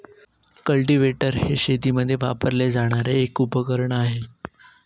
cultivator हे शेतीमध्ये वापरले जाणारे एक उपकरण आहे